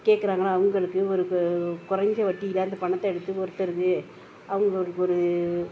கேக்கிறாங்களோ அவங்களுக்கு ஒரு குறைஞ்ச வட்டியில் அந்த பணத்தை எடுத்து ஒருத்தருக்கு அவங்களுக்கு ஒரு